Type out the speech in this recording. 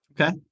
Okay